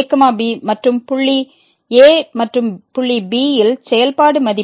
ab மற்றும் புள்ளி a மற்றும் புள்ளி b யில் செயல்பாடு மதிப்பு